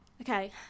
Okay